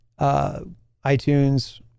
iTunes